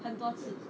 很多次